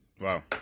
Wow